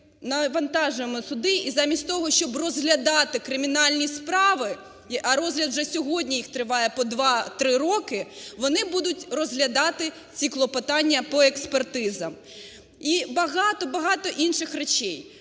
ми навантажуємо суди і замість того, щоб розглядати кримінальні справи, а розгляд вже сьогодні їх триває по 2-3 роки, вони будуть розглядати ці клопотання по експертизам і багато-багато інших речей.